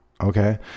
Okay